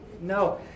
no